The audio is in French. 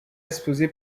exposé